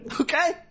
Okay